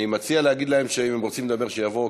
אני מציע להגיד להם שאם הם רוצים לדבר אז שיבואו,